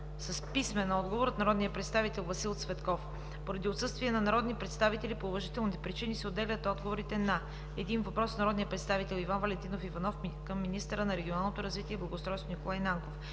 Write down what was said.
с писмен отговор от народния представител Васил Цветков. Поради отсъствие на народни представители по уважителни причини се отлагат отговорите на: - един въпрос от народния представител Иван Валентинов Иванов към министъра на регионалното развитие и благоустройството Николай Нанков;